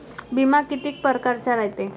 बिमा कितीक परकारचा रायते?